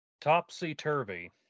Topsy-turvy